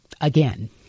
again